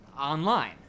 Online